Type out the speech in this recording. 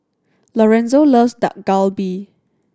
Lorenzo loves Dak Galbi